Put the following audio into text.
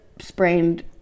sprained